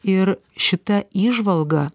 ir šita įžvalga